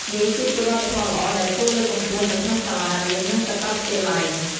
នេះគឺជាវប្បធម៌ល្អដែលគួរលើកកម្ពស់នៅក្នុងសាលារៀន និងសាកលវិទ្យាល័យ។